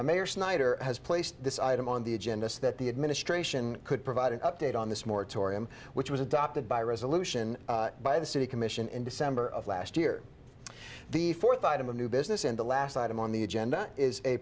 mayor snyder has placed this item on the agenda so that the administration could provide an update on this moratorium which was adopted by a resolution by the city commission in december of last year the fourth item of new business and the last item on the agenda is a